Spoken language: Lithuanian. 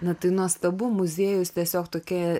na tai nuostabu muziejus tiesiog tokia